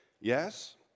yes